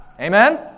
Amen